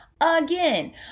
again